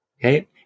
Okay